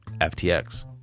FTX